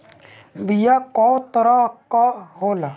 बीया कव तरह क होला?